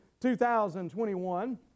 2021